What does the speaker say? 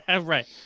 Right